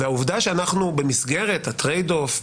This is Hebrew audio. והעובדה שאנחנו במסגרת ה-Trade-off,